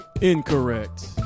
Incorrect